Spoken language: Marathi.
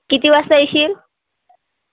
किती वाजता येशील